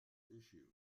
issue